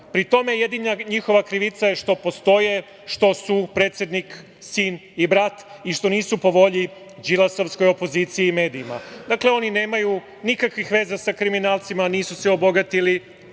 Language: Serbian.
Pri tome, jedina njihova krivica je što postoje, što su predsednik, sin i brat i što nisu po volji đilasovskoj opoziciji i medijima. Dakle, oni nemaju nikakvih veza sa kriminalcima, nisu se obogatili.